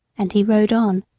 and he rode on.